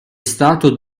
stato